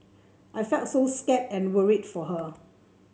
I felt so scared and worried for her